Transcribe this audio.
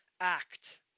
act